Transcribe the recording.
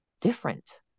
different